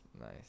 Nice